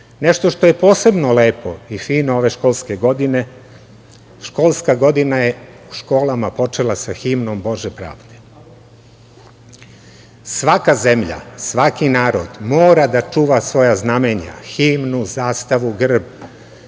što je posebno lepo i fino, ove školske godine školska godina je u školama počela sa Himnom „Bože pravde“. Svaka zemlja, svaki narod mora da čuva svoja znamenja, himnu, zastavu, grb.